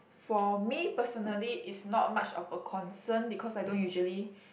for me personally is not much of a concern because I don't usually